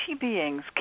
beings